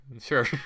sure